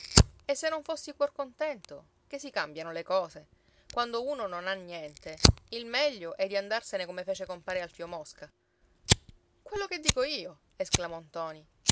e se non fossi cuor contento che si cambiano le cose quando uno non ha niente il meglio è di andarsene come fece compare alfio mosca quello che dico io esclamò ntoni